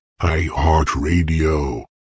iHeartRadio